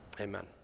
Amen